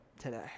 today